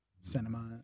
cinema